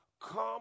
come